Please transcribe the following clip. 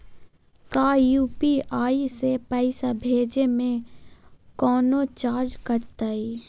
का यू.पी.आई से पैसा भेजे में कौनो चार्ज कटतई?